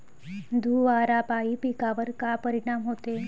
धुवारापाई पिकावर का परीनाम होते?